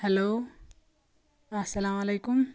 hello اَسَلام علیکم